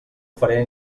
faré